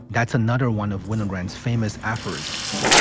that's another one of wynnum rand's famous aphorisms.